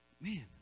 man